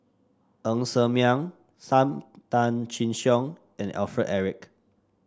Ng Ser Miang Sam Tan Chin Siong and Alfred Eric